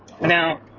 now